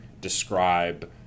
describe